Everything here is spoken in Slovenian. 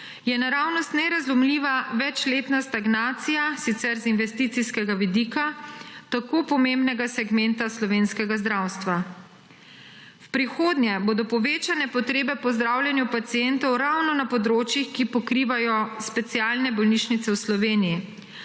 je naravnost nerazumljiva večletna stagnacija sicer z investicijskega vidika tako pomembnega segmenta slovenskega zdravstva. V prihodnje bodo povečane potrebe po zdravljenju pacientov ravno na področjih, ki jih pokrivajo specialne bolnišnice v Sloveniji,